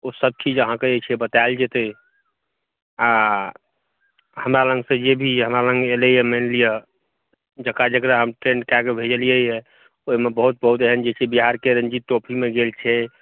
ओसभ चीज अहाँकेँ जे छै बतायल जेतै आ हमरा लग तऽ जे भी हमरा लग एलै हँ मानि लिअ जेकरा जेकरा हम ट्रेंड कै कऽ भेजलियै हँ ओहिमे बहुत बहुत एहन छै जे बिहारके रणजीत ट्रॉफीमे गेल छै